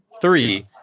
Three